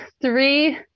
three